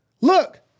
look